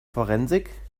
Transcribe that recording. forensik